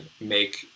make